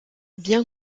bien